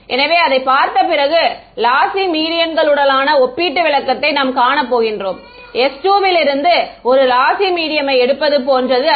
எனவே அதை பார்த்த பிறகு லாசி மீடியன்களுடனான ஒப்பீட்டு விளக்கத்தை நாம் காண போகின்றோம் sz விலுருந்து ஒரு லாசி மீடியம்மை எடுப்பது போன்றது அது